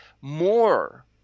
more